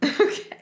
Okay